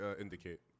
indicate